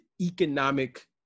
economic